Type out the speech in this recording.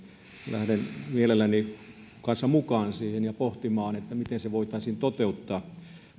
lähden mielelläni kanssa mukaan siihen ja pohtimaan miten se voitaisiin toteuttaa